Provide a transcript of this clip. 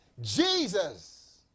Jesus